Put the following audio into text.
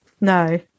No